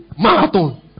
Marathon